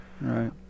right